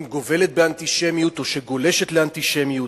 גובלת באנטישמיות או שגולשת לאנטישמיות,